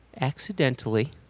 accidentally